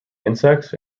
insects